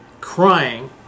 crying